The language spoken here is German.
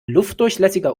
luftdurchlässiger